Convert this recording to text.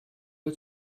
der